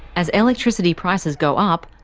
as electricity prices go up,